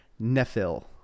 Nephil